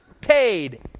paid